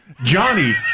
Johnny